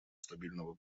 стабильного